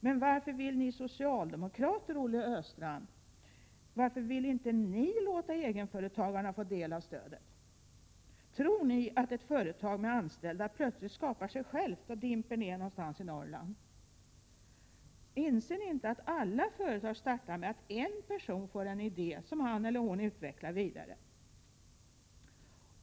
Men varför vill inte ni socialdemokrater, Olle Östrand, låta egenföretagarna få del av stödet? Tror ni att ett företag med anställda plötsligt skapar sig självt och dimper ner någonstans i Norrland? Inser ni inte att alla företag startas när en person får en idé som han utvecklar vidare?